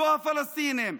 לא פלסטינים.